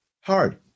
Hard